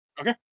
Okay